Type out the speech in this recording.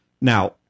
Now